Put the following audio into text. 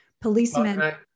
Policemen